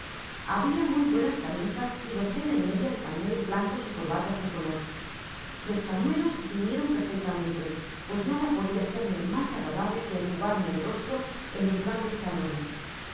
habia muy buenas camisas y docena y media de pañuelos blancos y corbatas de color los pañuelos vinieron perfectamente pues nada podia serme mas agradable que enjugarme el rostro en los grandes calores